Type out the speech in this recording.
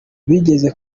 bigeze